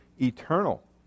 eternal